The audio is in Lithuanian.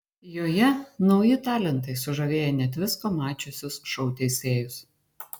joje nauji talentai sužavėję net visko mačiusius šou teisėjus